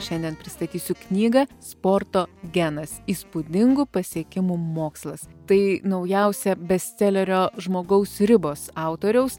šiandien pristatysiu knygą sporto genas įspūdingų pasiekimų mokslas tai naujausia bestselerio žmogaus ribos autoriaus